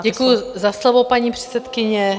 Děkuji za slovo, paní předsedkyně.